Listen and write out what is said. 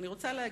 אני רוצה להגיד: